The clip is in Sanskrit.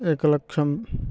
एकलक्षं